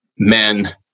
men